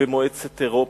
במועצת אירופה.